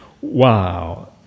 Wow